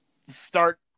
start